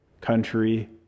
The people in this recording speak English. country